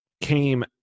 came